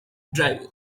driver